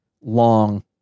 long